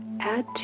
add